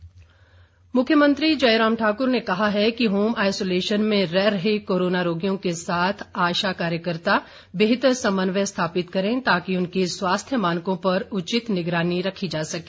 जयराम मुख्यमंत्री जयराम ठाक्र ने कहा है कि होम आईसोलेशन में रह रहे कोरोना रोगियों के साथ आशा कार्यकर्ता बेहतर समन्वय स्थापित करें ताकि उनके स्वास्थ्य मानकों पर उचित निगरानी रखी जा सके